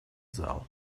зал